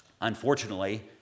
unfortunately